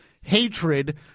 hatred